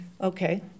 Okay